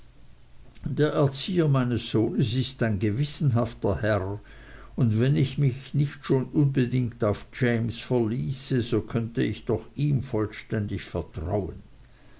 der erzieher meines sohnes ist ein gewissenhafter herr und wenn ich mich nicht schon unbedingt auf james verließe so könnte ich doch ihm vollständig vertrauen